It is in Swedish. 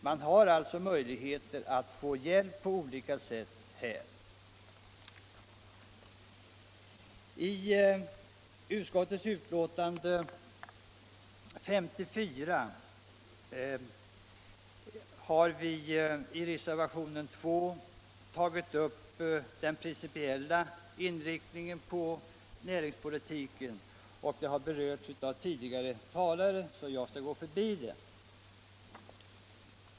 Man har alltså möjlighet att få hjälp på olika sätt. I anslutning till näringsutskottets betänkande 54 har vi i reservationen 2 tagit upp den principiella inriktningen av näringspolitiken. Detta har berörts av tidigare talare, så jag skall gå förbi det.